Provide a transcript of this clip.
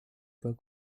pas